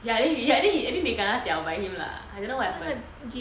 ya then you then I think they kena diao by him lah I don't know what happen